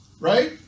right